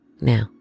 Now